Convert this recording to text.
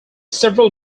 several